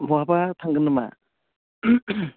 बहाबा थांगोन नामा